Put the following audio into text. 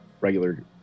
regular